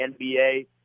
NBA